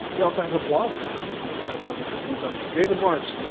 he also has a blog there and you can catch up with what he's up to. david marks,